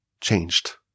changed